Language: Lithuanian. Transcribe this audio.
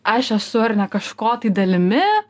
aš esu ar ne kažko tai dalimi